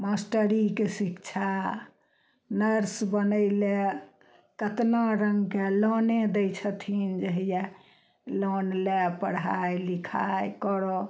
मास्टरीके शिक्षा नर्स बनय लए कतना रङ्गके लोने दै छथिन जे हैया लोन ले पढ़ाइ लिखाइ करऽ